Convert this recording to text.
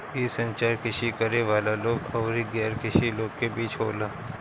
इ संचार कृषि करे वाला लोग अउरी गैर कृषि लोग के बीच होला